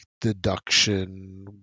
deduction